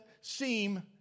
seem